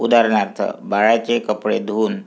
उदारणार्थ बाळाचे कपडे धुऊन